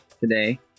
today